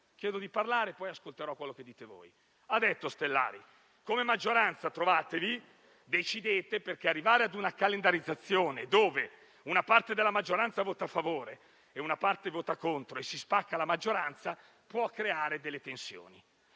chiedo di parlare; poi ascolterò quello che dite voi. Il senatore Ostellari ha detto: come maggioranza trovatevi e decidete, perché arrivare ad una calendarizzazione, dove una parte della maggioranza vota a favore, una parte vota contro e si spacca la maggioranza, può creare delle tensioni.